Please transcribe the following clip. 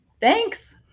Thanks